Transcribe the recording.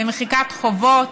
למחיקת חובות,